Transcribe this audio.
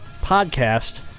podcast